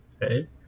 Hey